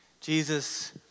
Jesus